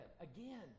Again